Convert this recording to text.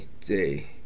day